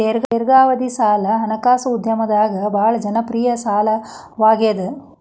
ದೇರ್ಘಾವಧಿ ಸಾಲ ಹಣಕಾಸು ಉದ್ಯಮದಾಗ ಭಾಳ್ ಜನಪ್ರಿಯ ಸಾಲವಾಗ್ಯಾದ